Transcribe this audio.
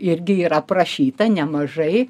irgi yra aprašyta nemažai